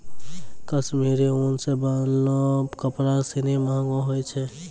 कश्मीरी उन सें बनलो कपड़ा सिनी महंगो होय छै